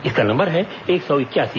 इसका नंबर है एक सौ इक्यासी